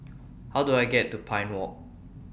How Do I get to Pine Walk